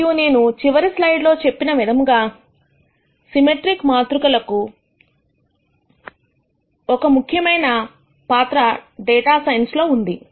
మరియు నేను చివరి స్లైడ్ లో చెప్పిన విధముగా సిమెట్రిక్ మాతృకలకు ఒక ముఖ్యమైన పాత్ర డేటా సైన్స్ లో ఉంది